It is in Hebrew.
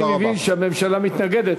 אני מבין שהממשלה מתנגדת.